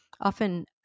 Often